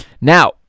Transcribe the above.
now